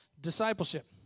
discipleship